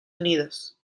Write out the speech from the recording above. unidos